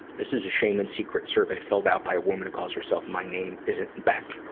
this is a shame and secret survey filled out by a woman who calls herself my name isn't beck.